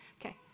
Okay